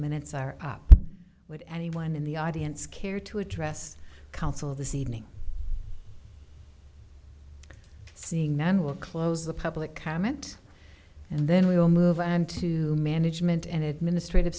minutes are up would anyone in the audience care to address council this evening seeing men will close the public comment and then we will move on to management and administrative